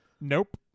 Nope